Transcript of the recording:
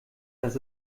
das